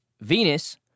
Venus